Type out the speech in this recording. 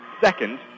second